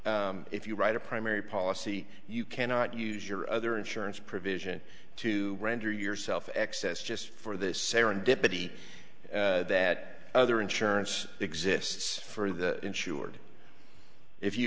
dark if you write a primary policy you cannot use your other insurance provision to render yourself access just for this serendipity that other insurance exists for the insured if you